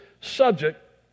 subject